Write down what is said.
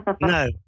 No